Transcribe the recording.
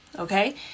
Okay